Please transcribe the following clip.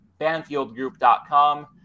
BanfieldGroup.com